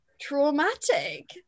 traumatic